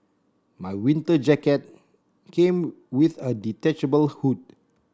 my winter jacket came with a detachable hood